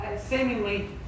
seemingly